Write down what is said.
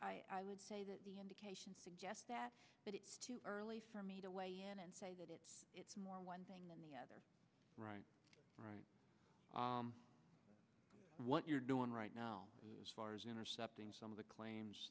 i would say that the indications suggest that but it's too early for me to weigh in and say that it's more one thing than the other right right what you're doing right now as far as intercepting some of the claims